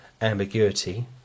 ambiguity